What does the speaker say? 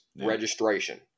registration